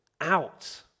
out